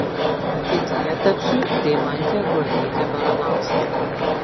ateityje tapsiu deimante guobyte baranauske